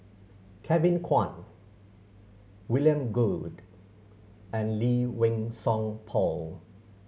Kevin Kwan William Goode and Lee Wei Song Paul